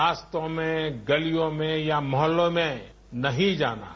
रास्तों में गलियों में या मोहल्लों में नहीं जाना है